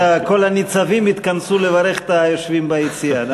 כל הניצבים התכנסו לברך את היושבים ביציע.